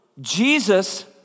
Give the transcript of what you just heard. Jesus